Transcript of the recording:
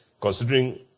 considering